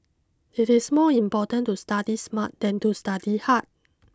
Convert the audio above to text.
it is more important to study smart than to study hard